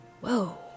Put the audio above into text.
Whoa